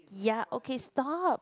ya okay stop